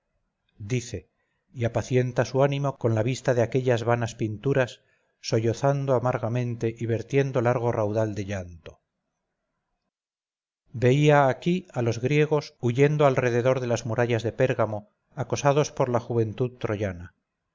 dice y apacienta su ánimo con la vista de aquellas vanas pinturas sollozando amargamente y vertiendo largo raudal de llanto veía aquí a los griegos huyendo alrededor de las murallas de pérgamo acosados por la juventud troyana